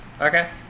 Okay